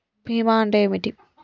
బీమా అంటే ఏమిటి?